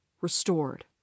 restored